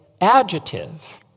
adjective